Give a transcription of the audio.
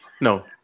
No